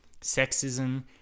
sexism